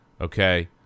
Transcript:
Okay